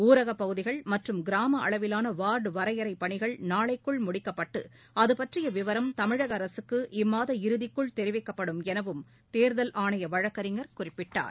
ஊரகப்பகுதிகள் மற்றும் கிராமஅளவிலானவார்டுவரையறைபணிகள் நாளைக்குள் முடிக்கப்பட்டுஅகுபற்றியவிவரம் தமிழகஅரசுக்கு இம்மாத இறுதிக்குள் தெரிவிக்கப்படும் எனவும் தேர்தல் ஆணையவழக்கறிஞர் குறிப்பிட்டார்